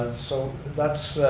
so that's